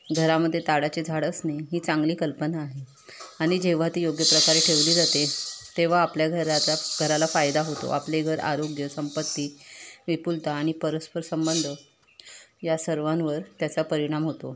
घरामध्ये ताडाचे झाड असणे ही चांगली कल्पना आहे आणि जेव्हा ती योग्य प्रकारे ठेवली जाते तेव्हा आपल्या घराचा घराला फायदा होतो आपले घर आरोग्य संपत्ती विपुलता आणि परस्पर संबंध या सर्वांवर त्याचा परिणाम होतो